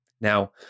Now